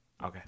Okay